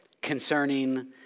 concerning